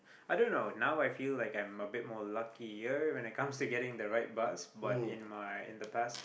i don't know now I feel like I'm a bit more luckier when it comes to getting the right bus but in my in the past